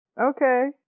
Okay